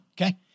Okay